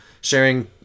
sharing